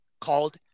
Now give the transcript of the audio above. called